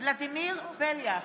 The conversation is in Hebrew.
ולדימיר בליאק,